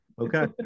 Okay